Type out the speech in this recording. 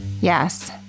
Yes